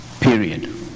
Period